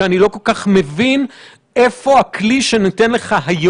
אתם מפעילים איזה שהוא היגיון,